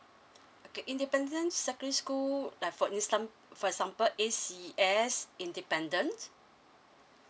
okay independent secondary school like for instance for example A_C_S independent